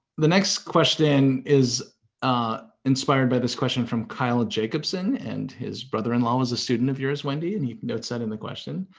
the next question is inspired by this question from kyle jacobson and his brother-in-law was a student of yours, wendy, and he notes that in the question.